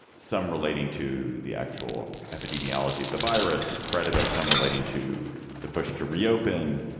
some relating to the actual epidemiology of the virus, the spread of it, some relating to the push to reopen,